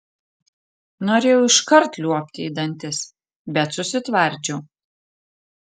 norėjau iškart liuobti į dantis bet susitvardžiau